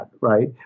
right